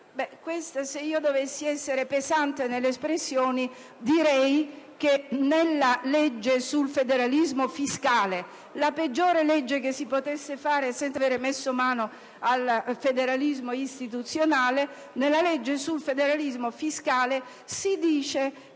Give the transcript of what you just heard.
Se dovessi essere pesante nelle espressioni, direi che nella legge sul federalismo fiscale, la peggiore legge che si potesse realizzare senza aver messo mano al federalismo istituzionale, si afferma che si dovrebbe